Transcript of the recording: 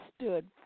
stood